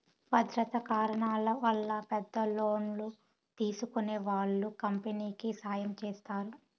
భద్రతా కారణాల వల్ల పెద్ద లోన్లు తీసుకునే వాళ్ళు కంపెనీకి సాయం చేస్తారు